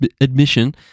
admission